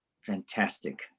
fantastic